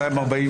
שלושה